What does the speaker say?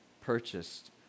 purchased